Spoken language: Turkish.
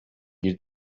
bir